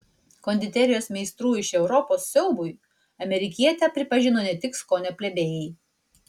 konditerijos meistrų iš europos siaubui amerikietę pripažino ne tik skonio plebėjai